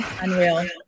unreal